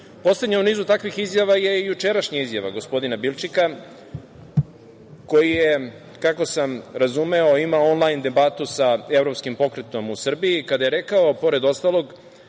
u nizu takvih izjava je jučerašnja izjava gospodina Bilčika, koji je, kako sam razumeo, ima onlajn debatu sa evropskim pokretom u Srbiji, kada je rekao pored ostalog,